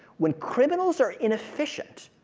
when criminals are inefficient,